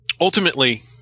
ultimately